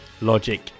Logic